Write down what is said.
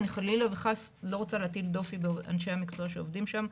אני חלילה וחס לא רוצה להטיל דופי באנשי המקצוע שעובדים שם.